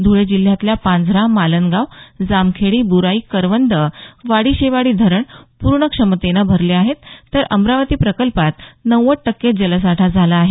धुळे जिल्ह्यातील पांझरा मालनगाव जामखेडी बुराई करवंद वाडीशेवाडी धरण पूर्ण क्षमतेने भरले आहेत तर अमरावती प्रकल्पात नव्वद टक्के जलसाठा झाला आहे